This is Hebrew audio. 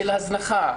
של הזנחה,